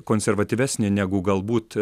konservatyvesnė negu galbūt